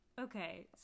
Okay